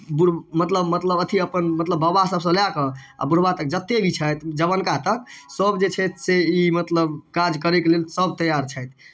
बुढ़ मतलब मतलब अथि अपन मतलब बाबा सभसँ लए कऽ आ बुढ़बा तक जतेक भी छथि जवनका तक सभ जे छथि से ई मतलब काज करैके लेल सभ तैयार छथि